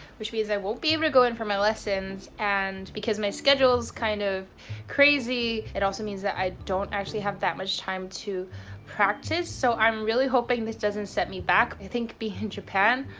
which means i won't be able to go in for my lessons, and because my schedule's kind of crazy, tt also means that i don't actually have that much time to practice, so i'm really hoping this doesn't set me back. i think being in japan,